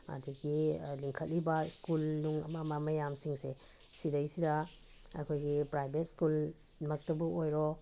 ꯑꯗꯒꯤ ꯂꯤꯡꯈꯠꯂꯤꯕ ꯁ꯭ꯀꯨꯜ ꯅꯨꯡ ꯑꯃ ꯑꯃ ꯃꯌꯥꯝꯁꯤꯡꯁꯦ ꯁꯤꯗꯩꯁꯤꯗ ꯑꯩꯈꯣꯏꯒꯤ ꯄ꯭ꯔꯥꯏꯕꯦꯠ ꯁ꯭ꯀꯨꯜ ꯃꯛꯇꯕꯨ ꯑꯣꯏꯔꯣ